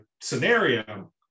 scenario